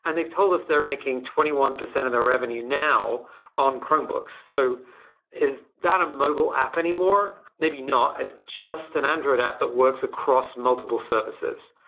and they've told us they're making twenty one percent of their revenue now on chromebooks. so is that a mobile app anymore? maybe not. it's just an android app that works across multiple surfaces.